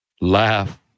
Laugh